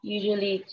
Usually